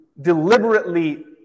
deliberately